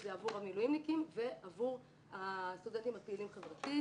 זה עבור המילואימניקים ועבור הסטודנטים הפעילים חברתית